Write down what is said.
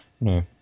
No